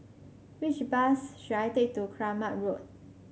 which bus should I take to Kramat Road